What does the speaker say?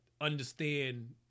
understand